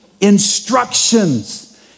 instructions